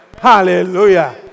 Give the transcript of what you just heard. Hallelujah